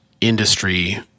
industry